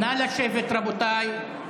נא לשבת, רבותיי.